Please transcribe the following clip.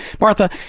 Martha